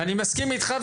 אני מסכים איתך.